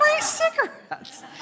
cigarettes